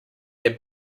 their